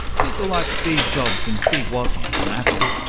people like steve jobs and steve wozniak from apple.